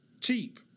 cheap